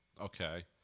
Okay